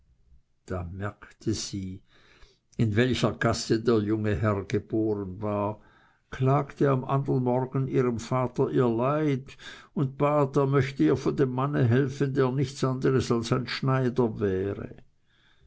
da merkte sie in welcher gasse der junge herr geboren war klagte am andern morgen ihrem vater ihr leid und bat er möchte ihr von dem manne helfen der nichts anders als ein schneider wäre